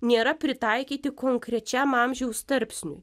nėra pritaikyti konkrečiam amžiaus tarpsniui